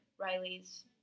Riley's